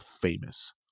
famous